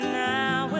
now